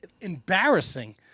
embarrassing